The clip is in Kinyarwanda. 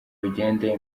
rugende